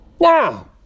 Now